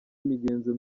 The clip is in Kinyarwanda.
imigenzo